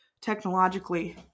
technologically